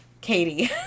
katie